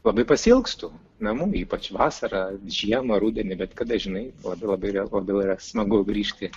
labai pasiilgstu namų ypač vasarą žiemą rudenį bet kada žinai labai yra labai yra smagu grįžti